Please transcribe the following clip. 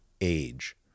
age